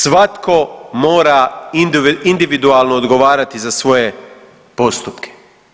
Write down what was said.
Svatko mora individualno odgovarati za svoje postupke.